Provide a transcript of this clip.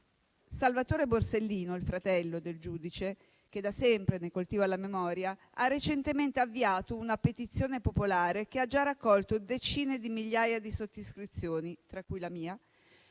Salvatore Borsellino, il fratello del giudice, che da sempre ne coltiva la memoria, ha recentemente avviato una petizione popolare che ha già raccolto decine di migliaia di sottoscrizioni, tra cui la mia,